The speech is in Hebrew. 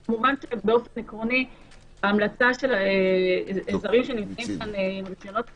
עקרונית, ההמלצה מי שלא